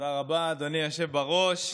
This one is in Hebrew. תודה רבה, אדוני היושב-ראש.